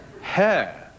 Hair